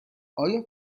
آیا